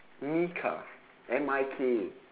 mika M I K A